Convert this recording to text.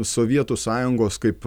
sovietų sąjungos kaip